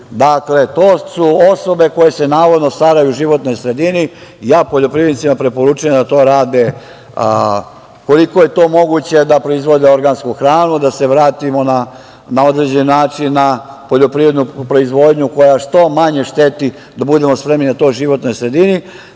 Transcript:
zovu. To su osobe koje se navodno staraju o životnoj sredini. Ja poljoprivrednicima preporučujem da rade, koliko je to moguće, da proizvode organsku hranu, da se vratimo na određeni način na poljoprivrednu proizvodnju koja što manje šteti životnoj sredini,